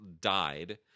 died